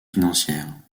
financières